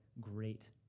great